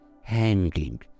hanging